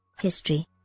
history